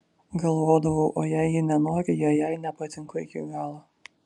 galvodavau o jei ji nenori jei jai nepatinku iki galo